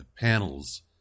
panels